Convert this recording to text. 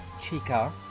Chica